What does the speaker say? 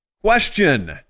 Question